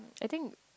I think